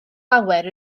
lawer